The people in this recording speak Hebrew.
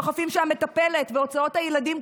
דוחפים שהמטפלת והוצאות הילדים,